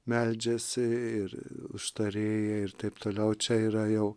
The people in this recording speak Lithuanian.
meldžiasi ir užtarėja ir taip toliau čia yra jau